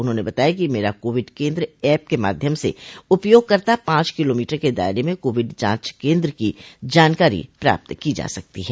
उन्होंने बताया कि मेरा कोविड केन्द्र एप के माध्यम से उपयोग करता पांच किलोमीटर के दायरे मे कोविड़ जांच केन्द्र की जानकारी प्राप्त की जा सकती है